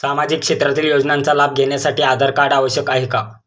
सामाजिक क्षेत्रातील योजनांचा लाभ घेण्यासाठी आधार कार्ड आवश्यक आहे का?